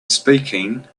speaking